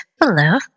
Hello